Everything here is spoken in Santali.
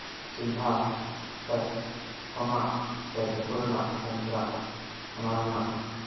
ᱥᱤᱞᱵᱷᱟᱨ ᱥᱮ ᱥᱳᱱᱟ ᱥᱮ ᱨᱩᱯᱟᱹ ᱨᱮᱱᱟᱜ ᱢᱩᱫᱽᱨᱟ ᱚᱱᱟ ᱨᱮᱱᱟᱜ